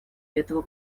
этого